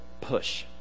push